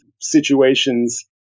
situations